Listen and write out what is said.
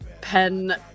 pen